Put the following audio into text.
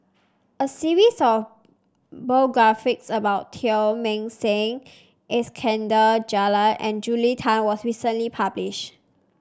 a series of biographies about Teng Mah Seng Iskandar Jalil and Julia Tan was recently published